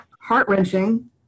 heart-wrenching